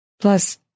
Plus